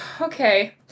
okay